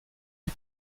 est